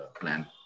plan